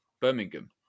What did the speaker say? Birmingham